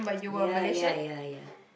ya ya ya ya